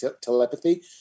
telepathy